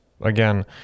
again